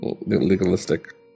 legalistic